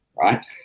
right